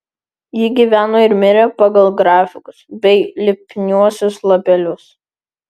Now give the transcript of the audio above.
ji gyveno ir mirė pagal grafikus bei lipniuosius lapelius